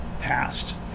passed